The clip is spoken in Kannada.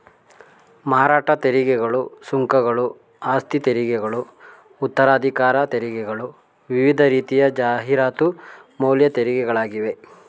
ಮಾರಾಟ ತೆರಿಗೆಗಳು, ಸುಂಕಗಳು, ಆಸ್ತಿತೆರಿಗೆಗಳು ಉತ್ತರಾಧಿಕಾರ ತೆರಿಗೆಗಳು ವಿವಿಧ ರೀತಿಯ ಜಾಹೀರಾತು ಮೌಲ್ಯ ತೆರಿಗೆಗಳಾಗಿವೆ